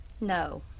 No